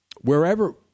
Wherever